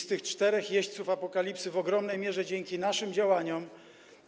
Z tych czterech jeźdźców apokalipsy w ogromnej mierze dzięki naszym działaniom